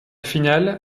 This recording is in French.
finale